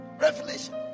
Revelation